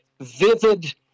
vivid